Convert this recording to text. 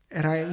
era